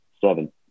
seven